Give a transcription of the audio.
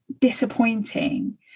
disappointing